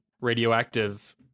Radioactive